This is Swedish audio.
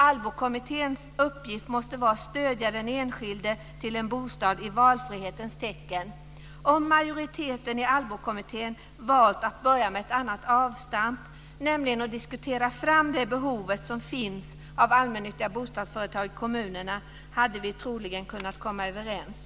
ALLBO kommitténs uppgift måste vara att stödja den enskilde att få en bostad i valfrihetens tecken. Om majoriteten i ALLBO-kommittén valt att börja med ett annat avstamp, nämligen att diskutera det behov som finns av allmännyttiga bostadsföretag i kommunerna, hade vi troligen kunnat komma överens.